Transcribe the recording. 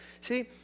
See